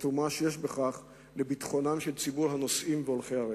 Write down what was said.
התרומה שיש בכך לביטחון של ציבור הנוסעים והולכי הרגל.